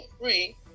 free